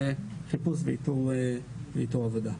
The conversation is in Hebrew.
בחיפוש ואיתור עבודה.